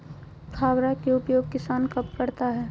फावड़ा का उपयोग किसान कब करता है?